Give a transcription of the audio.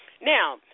Now